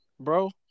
Bro